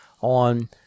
on